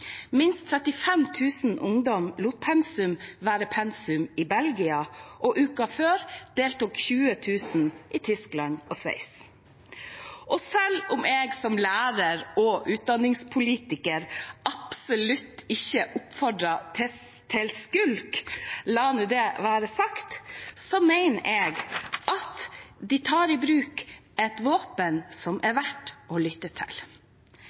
Minst 35 000 ungdommer lot pensum være pensum i Belgia, og uken før deltok 20 000 i Tyskland og Sveits. Selv om jeg som lærer og utdanningspolitiker absolutt ikke oppfordrer til skulk – la nå det være sagt – mener jeg at de tar i bruk et våpen som er verdt å lytte til.